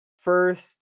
first